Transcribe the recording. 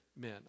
men